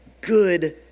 good